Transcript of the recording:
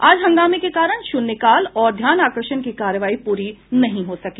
आज हंगामे के कारण शून्यकाल और ध्यानाकर्षण की कार्यवाही पूरी नहीं हो सकी